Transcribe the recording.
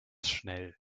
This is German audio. schnell